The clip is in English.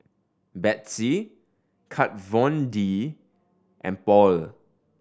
Betsy Kat Von D and Paul